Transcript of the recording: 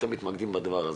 שיותר מתמקדים בזה,